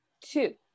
two